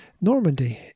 Normandy